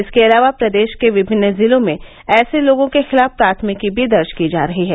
इसके अलावा प्रदेश के विभिन्न जिलों में ऐसे लोगों के खिलाफ प्राथमिकी भी दर्ज की जा रही है